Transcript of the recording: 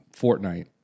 Fortnite